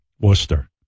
Worcester